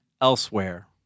elsewhere